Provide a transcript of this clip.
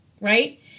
right